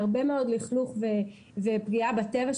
להרבה מאוד לכלוך ופגיעה בטבע,